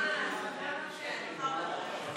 התשפ"ב 2022,